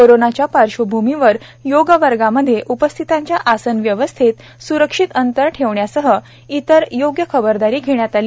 कोरोनाच्या पार्श्वभूमीवर योग वर्गामध्ये उपस्थितांच्या आसन व्यवस्थेत स्रक्षित अंतर ठेवण्यासह इतर योग्य खबरदारी घेण्यात आली